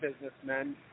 businessmen